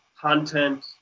content